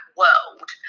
world